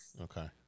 Okay